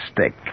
stick